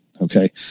Okay